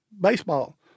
baseball